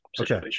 Okay